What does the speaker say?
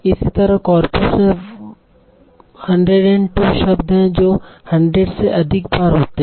इसी तरह कॉर्पस में 102 शब्द हैं जो 100 से अधिक बार होते हैं